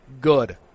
good